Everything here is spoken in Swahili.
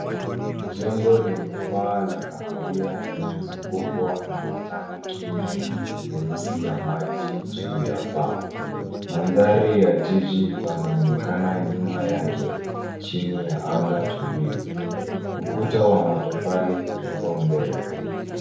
Jengo lenye paa la kahawia limezungukwa na matangi mengi meusi ya maji juu ya paa. Mandhari ya jiji panaonekana nyuma yake chini ya anga tulivu. Ukuta wa matofali upo mbele.